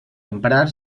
emprar